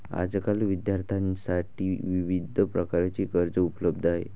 आजकाल विद्यार्थ्यांसाठी विविध प्रकारची कर्जे उपलब्ध आहेत